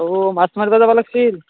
ও মাছ মাৰিব যাব লাগিছিল